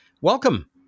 Welcome